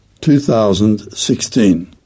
2016